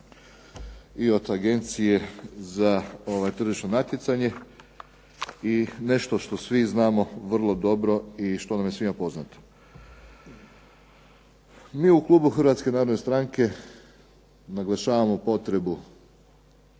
i od Agencije za tržišno natjecanje i nešto što svi znamo vrlo dobro i što nam je svima poznato. Mi u klubu Hrvatske narodne stranke naglašavamo potrebu